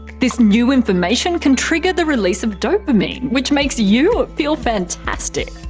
this new information can trigger the release of dopamine, which makes you feel fantastic.